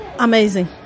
amazing